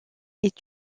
est